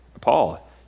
Paul